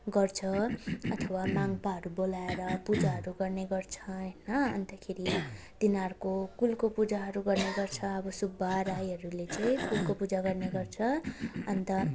गर्छ अथवा माङ्पाहरू बोलाएर पूजाहरू गर्ने गर्छ होइन अन्तखेरि तिनीहरूको कुलको पूजाहरू गर्ने गर्छ सुब्बा राईहरूको चाहिँ कुलको पूजा गर्ने गर्छ अन्त